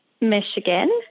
Michigan